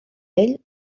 ell